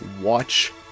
watch